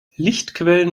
lichtquellen